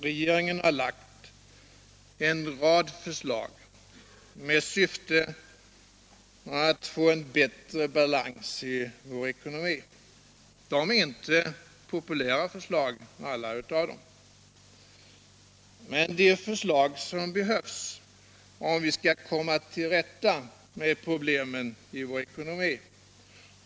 Regeringen har lagt en rad förslag med syfte att få en bättre balans i vår ekonomi. De är inte populära, alla dessa förslag. Men det är förslag som behövs om vi skall komma till rätta med problemen i vår ekonomi.